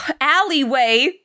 alleyway